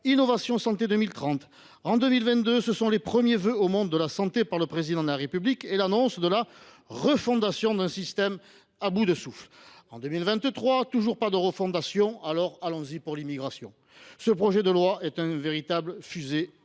Innovation Santé 2030 ». En 2022, on assiste aux premiers vœux au monde de la santé par le Président de la République, avec l’annonce de la « refondation d’un système à bout de souffle ». En 2023, toujours pas de refondation, alors, allons y pour l’immigration ! Ce projet de loi est une véritable fusée